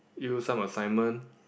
you some assignment